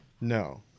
No